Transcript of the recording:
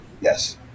yes